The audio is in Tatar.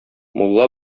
мулла